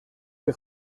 que